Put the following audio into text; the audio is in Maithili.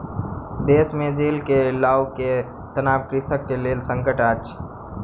देश मे जल के लअ के तनाव कृषक के लेल संकट अछि